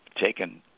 taken